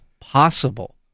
possible